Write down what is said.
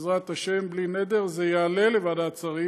בעזרת השם, בלי נדר, זה יועלה לוועדת השרים.